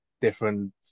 different